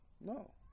No